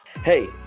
Hey